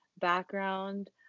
background